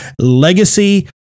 legacy